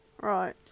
Right